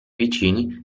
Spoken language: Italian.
vicini